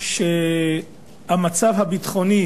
שהמצב הביטחוני,